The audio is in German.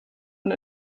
und